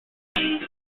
this